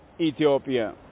Ethiopia